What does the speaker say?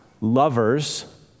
lovers